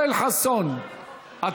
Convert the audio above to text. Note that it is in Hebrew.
אני